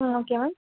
ah okay ma'am